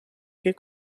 qui